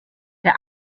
der